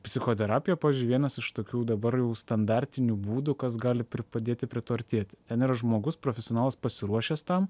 psichoterapija pavyzdžiui vienas iš tokių dabar jau standartinių būdų kas gali padėti prie to artėti ten yra žmogus profesionalas pasiruošęs tam